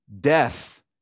Death